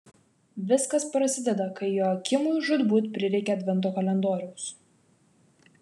viskas prasideda kai joakimui žūtbūt prireikia advento kalendoriaus